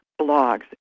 blogs